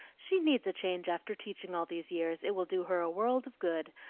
she needs a change after teaching all these years it will do her a world of good,